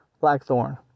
Blackthorn